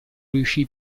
riuscì